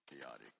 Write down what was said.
chaotic